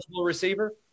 receiver